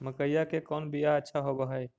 मकईया के कौन बियाह अच्छा होव है?